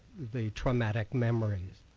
the traumatic memories?